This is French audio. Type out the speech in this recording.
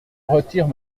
retire